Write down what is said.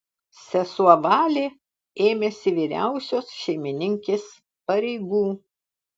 sesuo valė ėmėsi vyriausios šeimininkės pareigų